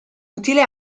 utile